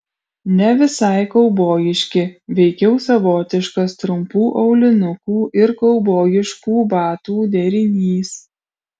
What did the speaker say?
ne visai kaubojiški veikiau savotiškas trumpų aulinukų ir kaubojiškų batų derinys